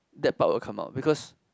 that part will come out because